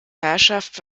herrschaft